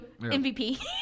MVP